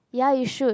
ya you should